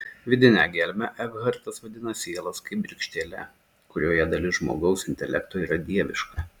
vidinę gelmę ekhartas vadina sielos kibirkštėle kurioje dalis žmogaus intelekto yra dieviška